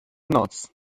noc